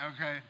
Okay